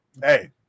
Hey